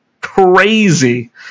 crazy